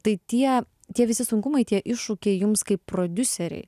tai tie tie visi sunkumai tie iššūkiai jums kaip prodiuserei